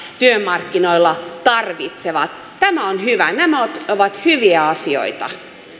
työmarkkinoilla tarvitsevat tämä on hyvä nämä ovat hyviä asioita